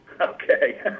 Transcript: Okay